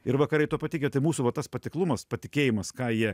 ir vakarai tuo patikėjo tai mūsų va tas patiklumas patikėjimas ką jie